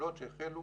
הפעולות שהחלו